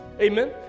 Amen